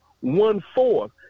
one-fourth